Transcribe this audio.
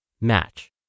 match